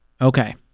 Okay